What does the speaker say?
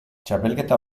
txapelketa